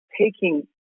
taking